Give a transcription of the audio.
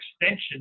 extension